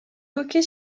hockey